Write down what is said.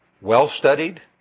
well-studied